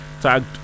tagged